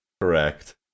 Correct